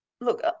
look